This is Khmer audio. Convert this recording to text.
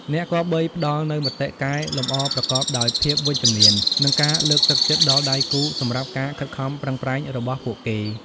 អ្នកគប្បីផ្ដល់នូវមតិកែលម្អប្រកបដោយភាពវិជ្ជមាន និងការលើកទឹកចិត្តដល់ដៃគូសម្រាប់ការខិតខំប្រឹងប្រែងរបស់ពួកគេ។